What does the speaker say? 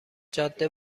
جاده